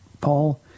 Paul